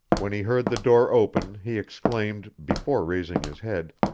when he heard the door open he exclaimed, before raising his head,